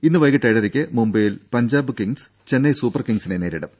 ഇന്ന് വൈകിട്ട് ഏഴരയ്ക്ക് മുംബൈയിൽ പഞ്ചാബ് കിങ്സ് ചെന്നൈ സൂപ്പർ കിങ്ങ്സിനെ നേരിടും